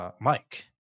Mike